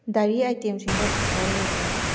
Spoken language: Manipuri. ꯗꯥꯏꯔꯤ ꯑꯥꯏꯇꯦꯝꯁꯤꯡꯗ ꯗꯤꯁꯀꯥꯎꯟ ꯂꯩꯕ꯭ꯔꯥ